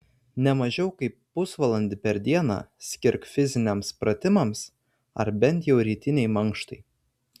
ne mažiau kaip pusvalandį per dieną skirk fiziniams pratimams ar bent jau rytinei mankštai